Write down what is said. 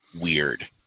weird